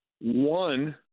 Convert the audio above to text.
one